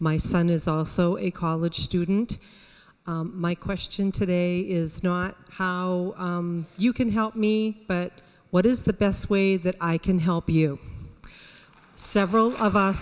my son is also a college student my question today is not how you can help me but what is the best way that i can help you